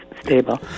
stable